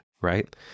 right